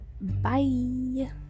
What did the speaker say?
Bye